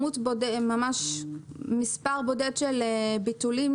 יש לנו מספר בודד של ביטולים,